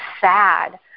sad